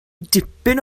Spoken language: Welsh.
dipyn